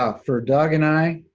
ah for doug and i,